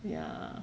ya